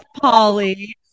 Polly